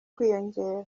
kwiyongera